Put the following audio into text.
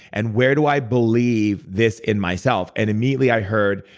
and where do i believe this in myself? and immediately, i heard,